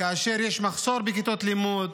כאשר יש מחסור בכיתות לימוד.